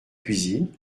cuisine